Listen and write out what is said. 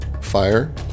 fire